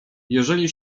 jeżeli